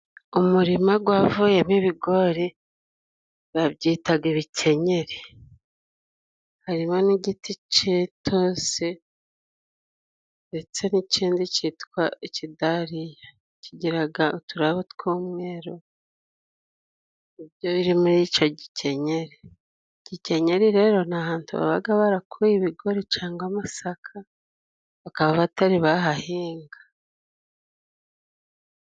Umurima gwavuyemo ibigori babyitaga ibikenyeri, harimo n'igiti c'intusi ndetse n'ikindi citwa ikidariya kigiraga utubuto tw'umweru, nibyo biri muri ico gikenyeri. Igikenyeri rero ni ahantu babaga barakuye ibigori cangwa amasaka bakaba batari bahahinga.